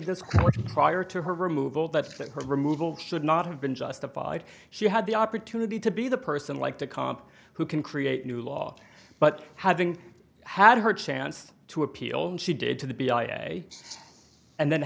court prior to her removal that's been her removal should not have been justified she had the opportunity to be the person like the comp who can create new law but having had her chance to appeal she did to the b i a and then